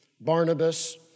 Barnabas